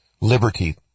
liberty